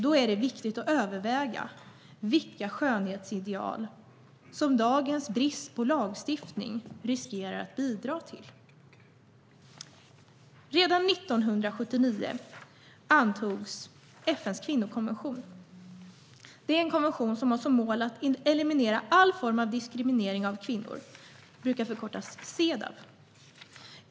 Då är det viktigt att överväga vilka skönhetsideal som dagens brist på lagstiftning riskerar att bidra till. Redan 1979 antogs FN:s kvinnokonvention. Det är en konvention som har som mål att eliminera all form av diskriminering av kvinnor, och den brukar förkortas Cedaw.